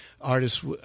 artists